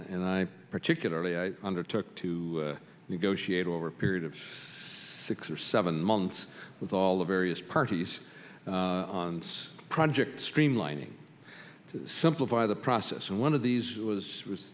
and i particularly i undertook to negotiate over a period of six or seven months with all the various parties on this project streamlining to simplify the process and one of these was w